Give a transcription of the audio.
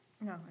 No